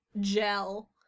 gel